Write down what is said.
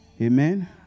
Amen